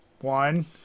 One